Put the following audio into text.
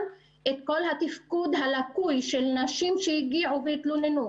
את כל התפקוד הלקוי במקרים של נשים שהגיעו והתלוננו.